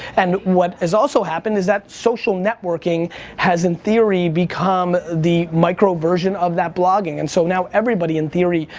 and what has also happened is social social networking has in theory become the micro version of that blogging. and so now everybody in theory,